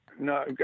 No